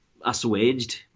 assuaged